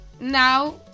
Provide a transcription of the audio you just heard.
Now